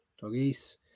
Doggies